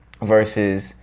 versus